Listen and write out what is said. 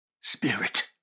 Spirit